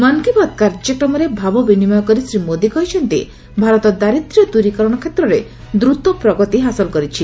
ମନ୍କି ବାତ୍ କାର୍ଯ୍ୟକ୍ରମରେ ଭାବବିନିମୟ କରି ଶ୍ରୀ ମୋଦି କହିଛନ୍ତି ଭାରତ ଦାରିଦ୍ର୍ୟ ଦୂରୀକରଣ କ୍ଷେତ୍ରରେ ଦ୍ରତ ପ୍ରଗତି ହାସଲ କରିଛି